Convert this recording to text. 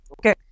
Okay